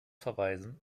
verweisen